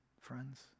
friends